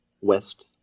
west